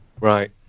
Right